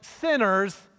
sinners